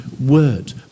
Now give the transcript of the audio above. word